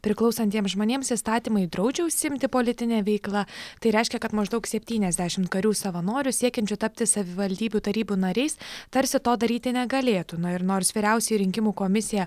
priklausantiems žmonėms įstatymai draudžia užsiimti politine veikla tai reiškia kad maždaug septyniasdešim karių savanorių siekiančių tapti savivaldybių tarybų nariais tarsi to daryti negalėtų na ir nors vyriausioji rinkimų komisija